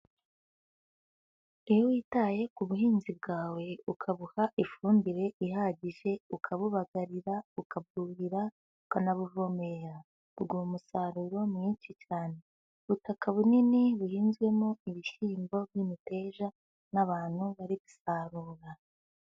Iyo witaye ku buhinzi bwawe, ukabuha ifumbire ihagije, ukabubagarira, ukabwuhira, ukanabuvomera, buguha umusaruro mwinshi cyane. Ubutaka bunini buhinzwemo ibishyimbo n'imiteja n'abantu bari gusarura.